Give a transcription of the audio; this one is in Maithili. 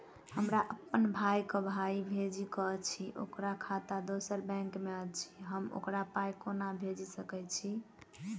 हमरा अप्पन भाई कऽ पाई भेजि कऽ अछि, ओकर खाता दोसर बैंक मे अछि, हम ओकरा पाई कोना भेजि सकय छी?